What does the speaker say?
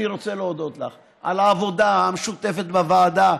אני רוצה להודות לך על העבודה המשותפת בוועדה.